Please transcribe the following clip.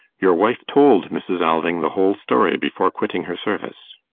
your wife told mrs. alving the whole story before quitting her service.